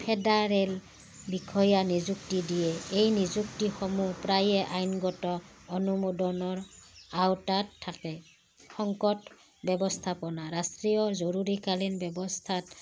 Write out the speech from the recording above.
federal বিষয়া নিযুক্তি দিয়ে এই নিযুক্তিসমূহ প্ৰায়ে আইনগত অনুমোদনৰ আওতাত থাকে সংকট ব্যৱস্থাপনা ৰাষ্ট্ৰীয় জৰুৰীকালীন ব্যৱস্থাত